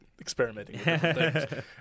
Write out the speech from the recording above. experimenting